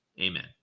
Amen